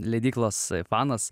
leidyklos fanas